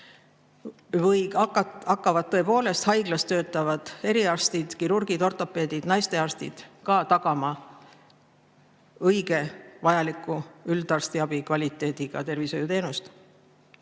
Või hakkavad tõepoolest haiglas töötavad eriarstid, kirurgid, ortopeedid, naistearstid, tagama üldarstiabi kvaliteediga tervishoiuteenust?